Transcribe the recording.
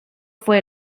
fue